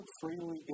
freely